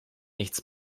nichts